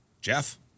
Jeff